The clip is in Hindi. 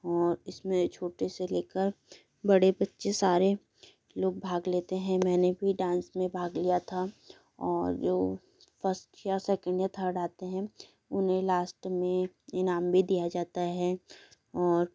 और इसमें छोटे से लेकर बड़े बच्चे सारे लोग भाग लेते हैं मैंने भी डाँस में भाग लिया था और फर्स्ट या सेकंड या थर्ड आते हैं उन्हें लास्ट में इनाम भी दिया जाता है और